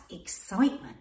excitement